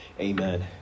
Amen